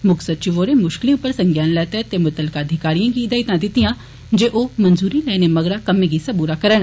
मुक्ख सचिव होरें मुश्कलें उप्पर संज्ञान लैता ते मुतलका अधिकारिए गी हिदायतां दितियां जे ओ मंजूरी लैने मगरा कम्मैं गी सबूरा करन